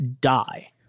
die